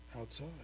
outside